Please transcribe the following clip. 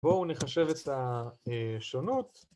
בואו נחשב את השונות